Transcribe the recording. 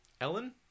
Ellen